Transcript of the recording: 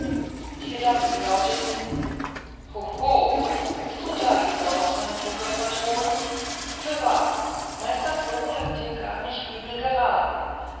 die gedanken lauteten hoho willst du da hinaus mein kluger patron fürwahr meister floh hat dir gar nicht übel geraten